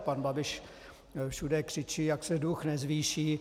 Pan Babiš všude křičí, jak se dluh nezvýší.